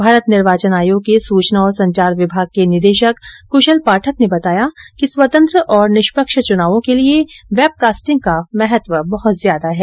भारत निर्वाचन आयोग के सूचना और संचार विभाग के निदेशक कुशल पाठक ने बताया कि स्वतंत्र और निष्पक्ष च्नावों के लिए वेबकास्टिंग का महत्व बहत ज्यादा है